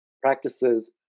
practices